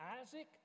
Isaac